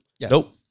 nope